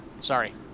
Sorry